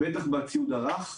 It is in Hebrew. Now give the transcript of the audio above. בטח בציוד הרך,